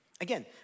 again